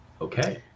Okay